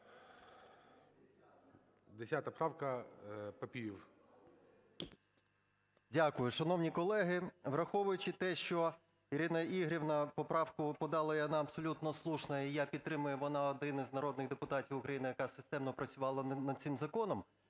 ПАПІЄВ М.М. Дякую. Шановні колеги, враховуючи те, що Ірина Ігорівна поправку подала, і вона абсолютно слушна, і я підтримую, вона один з народних депутатів, яка системно працювала над цим законом.